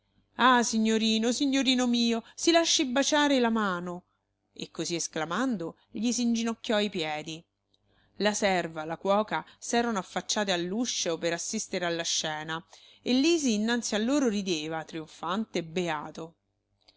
ah signorino signorino mio si lasci baciare la mano e così esclamando gli s'inginocchiò ai piedi la serva la cuoca s'erano affacciate all'uscio per assistere alla scena e lisi innanzi a loro rideva trionfante beato